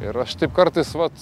ir aš taip kartais vat